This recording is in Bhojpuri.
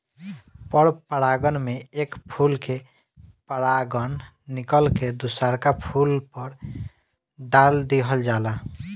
पर परागण में एक फूल के परागण निकल के दुसरका फूल पर दाल दीहल जाला